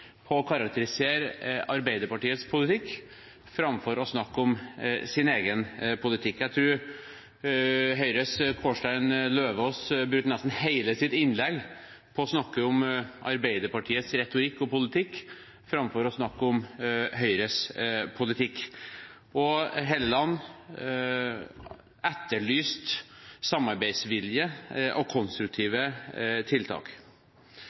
på å karakterisere Arbeiderpartiets politikk framfor å snakke om sin egen politikk. Jeg tror Høyres Kårstein Eidem Løvaas brukte nesten hele sitt innlegg på å snakke om Arbeiderpartiets retorikk og politikk framfor å snakke om Høyres politikk. Helleland etterlyste samarbeidsvilje og konstruktive tiltak.